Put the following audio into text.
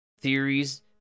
theories